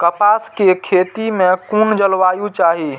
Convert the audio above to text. कपास के खेती में कुन जलवायु चाही?